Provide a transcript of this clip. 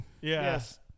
Yes